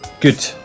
good